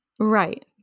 Right